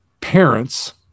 Parents